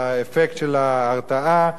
האפקט של ההרתעה.